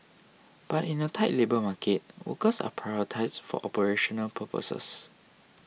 but in a tight labour market workers are prioritised for operational purposes